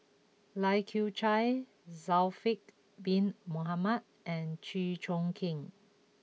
Lai Kew Chai Zulkifli Bin Mohamed and Chew Choo Keng